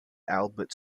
albert